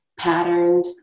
patterned